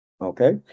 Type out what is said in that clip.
Okay